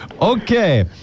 Okay